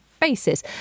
basis